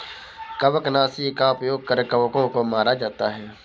कवकनाशी का उपयोग कर कवकों को मारा जाता है